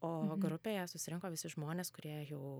o grupėje susirinko visi žmonės kurie jau